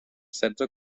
setze